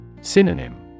Synonym